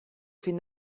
fin